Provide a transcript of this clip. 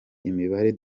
imibare